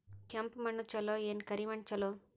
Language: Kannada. ಕೆಂಪ ಮಣ್ಣ ಛಲೋ ಏನ್ ಕರಿ ಮಣ್ಣ ಛಲೋ?